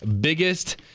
biggest